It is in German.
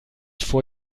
vor